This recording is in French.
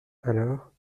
alors